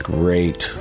great